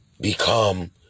become